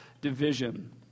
division